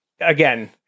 again